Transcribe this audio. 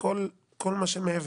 ועל כל מה שמעבר.